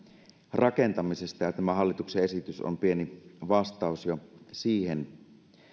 rakentamisesta ja tämä hallituksen esitys on jo pieni vastaus siihen